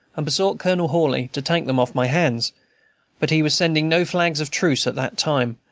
and besought colonel hawley to take them off my hands but he was sending no flags of truce at that time,